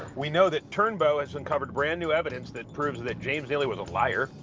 we know that turnbow has uncovered brand-new evidence that proves that james neely was a liar.